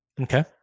Okay